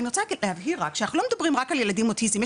אני רוצה להבהיר רק שאנחנו לא מדברים רק על ילדים עם אוטיזם,